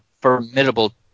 formidable